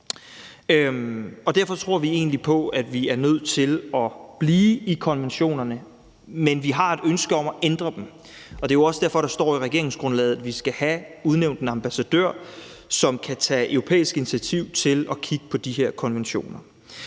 Derfor tror vi egentlig på, at vi er nødt til at blive i konventionerne, men vi har et ønske om at ændre dem. Det er også derfor, at der står i regeringsgrundlaget, at vi skal have udnævnt en ambassadør, som kan tage europæisk initiativ til at kigge på de her konventioner.